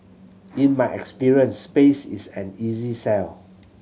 in my experience space is an easy sell